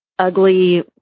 ugly